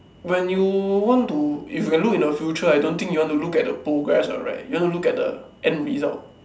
when you want to if you have look into the future I don't think you want to look at the progress right you want to look at the end result